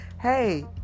hey